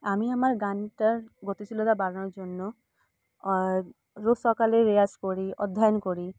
আমি আমার গানটার গতিশীলতা বাড়ানোর জন্য রোজ সকালে রেওয়াজ করি অধ্যায়ন করি